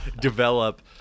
develop